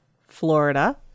Florida